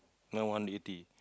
now one eighty